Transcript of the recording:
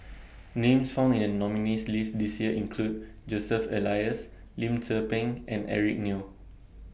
Names found in The nominees' list This Year include Joseph Elias Lim Tze Peng and Eric Neo